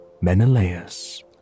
Menelaus